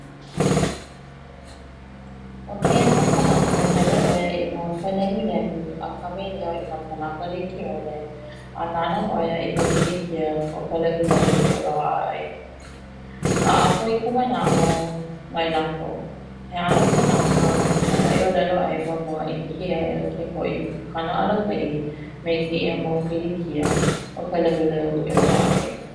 O keia ʻano kanaka hele ʻoia i mua o ka lehulehu a kamaʻilio ina kanaka likeʻole a nana ʻoia I ka pilikia o ka lehulehu e loaʻai ai, a ʻapo I ka manaʻo mai lakou, he ʻano kanaka e haʻi ʻolelo ai ma mua i hiki ia ia ke haʻi i kana alakaʻi me keia mau pilikia o ka lehulehu i loaʻa ai.